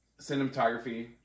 cinematography